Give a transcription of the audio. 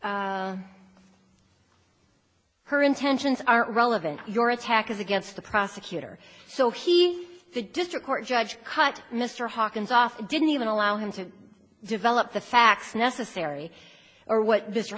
said her intentions are relevant your attack is against the prosecutor so he the district court judge cut mr hawkins off didn't even allow him to develop the facts necessary or what